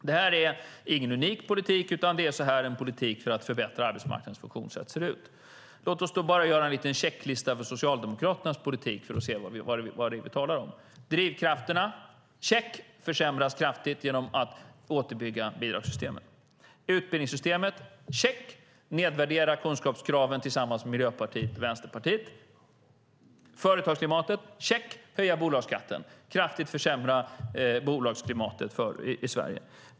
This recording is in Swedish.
Det här är ingen unik politik, utan det är så här en politik för att förbättra arbetsmarknadens funktionssätt ser ut. Låt oss då bara göra en liten checklista över Socialdemokraternas politik för att se vad det är vi talar om. Drivkrafterna, check: försämras kraftigt genom att man återbygger bidragssystemet. Utbildningssystemet, check: kunskapskraven nedvärderas tillsammans med Miljöpartiet och Vänsterpartiet. Företagsklimatet, check: bolagsskatten höjs, försämrar kraftigt bolagsklimatet i Sverige.